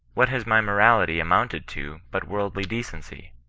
what has my morality amounted to but worldly decency?